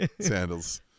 Sandals